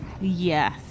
Yes